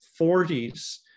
40s